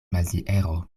maziero